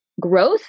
growth